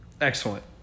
Excellent